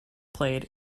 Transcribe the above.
played